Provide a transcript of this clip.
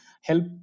help